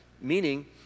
Meaning